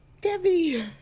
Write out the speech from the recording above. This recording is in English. Debbie